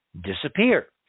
disappear